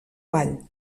vall